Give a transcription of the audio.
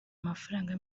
amafaranga